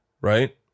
Right